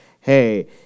hey